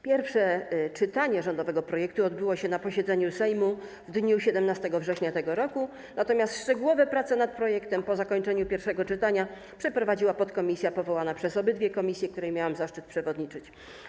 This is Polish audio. Pierwsze czytanie rządowego projektu odbyło się na posiedzeniu Sejmu w dniu 17 września tego roku, natomiast szczegółowe prace nad projektem po zakończeniu pierwszego czytania przeprowadziła podkomisja powołana przez obydwie komisje, której miałam zaszczyt przewodniczyć.